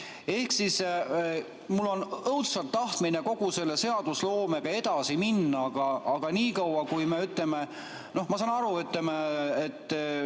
Ehk siis mul on õudselt tahtmine kogu selle seadusloomega edasi minna, aga nii kaua, kui me ... No ma saan aru, et